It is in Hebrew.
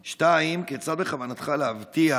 2. כיצד בכוונתך להבטיח